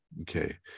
Okay